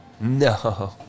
No